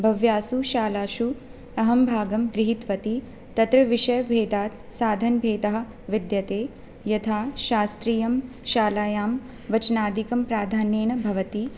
बह्वीषु शालासु अहं भागं गृहीतवती तत्र विषयभेदात् साधनभेदः विद्यते यथा शास्त्रीयं शालायां वचनादिकं प्राधान्येन भवति